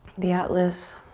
the atlas.